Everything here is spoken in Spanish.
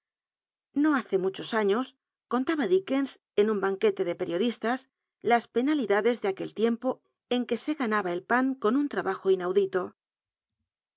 o hace muchos años contaba dickens en un banquete de periodistas las penalidades de aquel tiempo en que se ganaba el pan con un trabajo inaudi